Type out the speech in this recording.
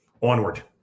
Onward